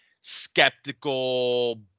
skeptical